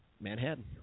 Manhattan